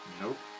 Nope